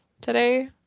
today